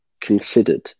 considered